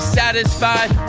satisfied